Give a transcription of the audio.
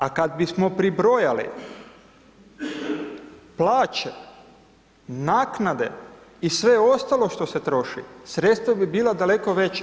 A kad bismo pribrojali plaće, naknade i sve ostalo što se troši, sredstva bi bila daleko veća.